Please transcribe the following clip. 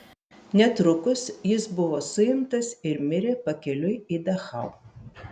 netrukus jis buvo suimtas ir mirė pakeliui į dachau